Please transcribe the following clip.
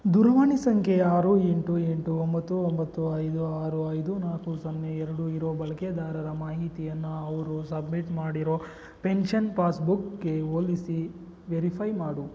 ದೂರವಾಣಿ ಸಂಖ್ಯೆ ಆರು ಎಂಟು ಎಂಟು ಒಂಬತ್ತು ಒಂಬತ್ತು ಐದು ಆರು ಐದು ನಾಲ್ಕು ಸೊನ್ನೆ ಎರಡು ಇರೋ ಬಳಕೆದಾರರ ಮಾಹಿತಿಯನ್ನು ಅವರು ಸಬ್ಮಿಟ್ ಮಾಡಿರೋ ಪೆನ್ಷನ್ ಪಾಸ್ಬುಕ್ಗೆ ಹೋಲಿಸಿ ವೆರಿಫೈ ಮಾಡು